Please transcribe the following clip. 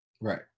Right